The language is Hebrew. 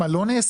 מה לא נעשה,